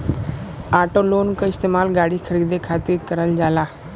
auto loan क इस्तेमाल गाड़ी खरीदे खातिर करल जाला